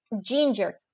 ginger